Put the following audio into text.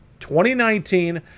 2019